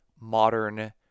modern